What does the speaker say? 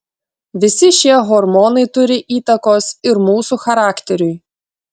visi šie hormonai turi įtakos ir mūsų charakteriui